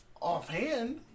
Offhand